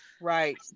Right